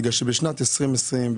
בגלל שבשנת 2020,